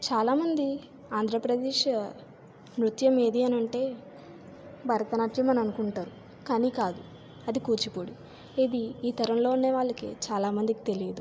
చాలా మంది ఆంధ్రప్రదేశ్ నృత్యం ఏది అని అంటే భరతనాట్యం అని అనుకుంటారు కానీ కాదు అది కూచిపూడి ఇది ఈ తరంలో ఉండే వాళ్ళకి చాలా మందికి తెలియదు